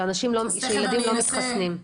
שילדים לא מתחסנים.